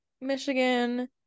Michigan